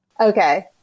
Okay